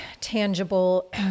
tangible